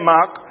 Mark